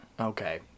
Okay